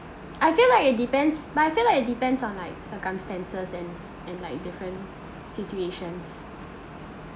I feel like it depends but I feel like it depends on like circumstances and and like different situations